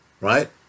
right